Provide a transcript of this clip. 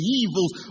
evils